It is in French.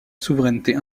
souveraineté